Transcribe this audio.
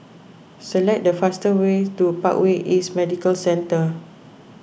select the fastest way to Parkway East Medical Centre